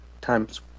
times